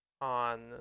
on